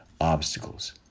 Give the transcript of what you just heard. obstacles